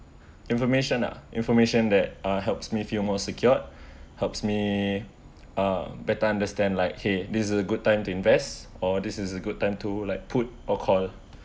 information lah information that uh helps me feel more secured helps me uh better understand like !hey! this is a good time to invest or this is a good time to like put or call